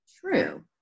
true